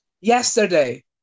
Yesterday